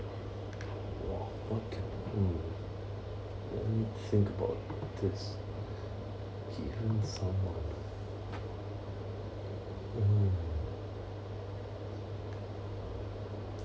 !wah! okay mm let me think about this given someone mm